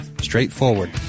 straightforward